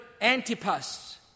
Antipas